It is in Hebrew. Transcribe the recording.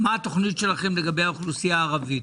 מה התוכנית שלכם לגבי האוכלוסייה הערבית.